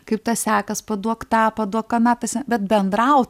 kaip tas sekas paduok tą paduok aną pasi bet bendrauk